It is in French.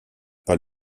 pas